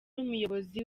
n’umuyobozi